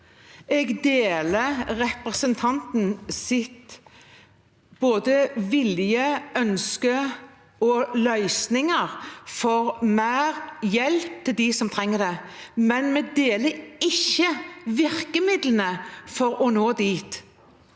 Jeg deler representantens både vilje til, ønske om og løsninger for mer hjelp til dem som trenger det, men vi deler ikke virkemidlene for å nå dit.